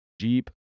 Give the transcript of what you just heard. Jeep